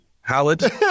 Howard